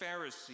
Pharisee